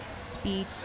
speech